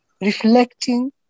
reflecting